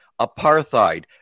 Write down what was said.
apartheid